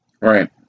Right